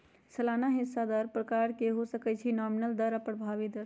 सलाना हिस्सा दर प्रकार के हो सकइ छइ नॉमिनल दर आऽ प्रभावी दर